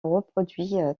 reproduit